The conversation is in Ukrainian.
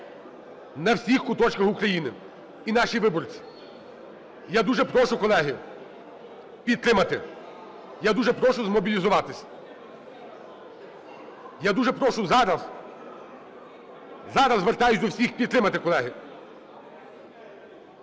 у всіх куточках України і наші виборці. Я дуже прошу, колеги, підтримати. Я дуже прошу змобілізуватись. Я дуже прошу зараз, зараз звертаюсь до всіх – підтримати, колеги.